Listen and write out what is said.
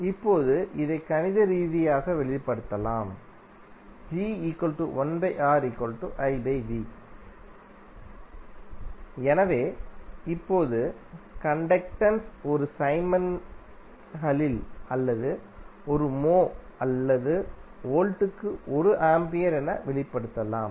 இப்போது இதை கணித ரீதியாக வெளிப்படுத்தலாம் எனவே இப்போது கண்டக்டென்ஸ் 1 சைமன்களில் அல்லது 1 மோஹ் அல்லது வோல்ட்டுக்கு 1 ஆம்பியர் என வெளிப்படுத்தலாம்